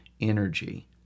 energy